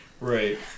Right